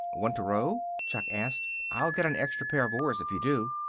want to row? chuck asked. i'll get an extra pair of oars if you do.